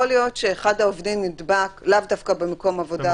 יכול להיות שאחד העובדים נדבק לאו דווקא במקום עבודה,